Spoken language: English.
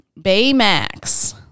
Baymax